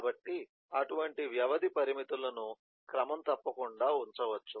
కాబట్టి అటువంటి వ్యవధి పరిమితులను క్రమం తప్పకుండా ఉంచవచ్చు